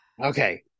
Okay